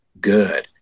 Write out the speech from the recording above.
good